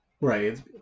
Right